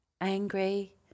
angry